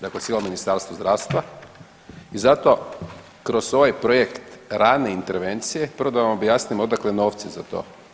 Dakle cijelo Ministarstvo zdravstva i zato kroz ovaj projekt rane intervencije prvo da vam objasnim odakle novci za to.